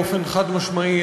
באופן חד-משמעי,